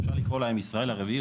אפשר לקרוא להם ישראל הרביעית,